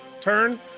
turn